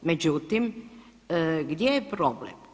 Međutim, gdje je problem?